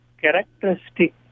characteristic